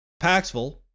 Paxful